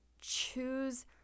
choose